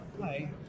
Hi